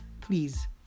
please